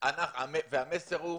והמסר הוא,